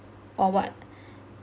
or what